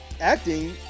acting